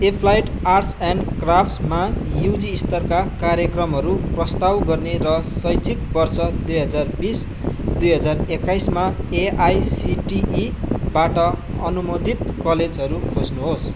applied arts and क्राफ्टमा UG स्तरका कार्यक्रमहरू प्रस्ताव गर्ने र शैक्षिक वर्ष दुई हजार बिस दुई हजार एक्काइसमा एआइसिटिईबाट अनुमोदित कलेजहरू खोज्नुहोस्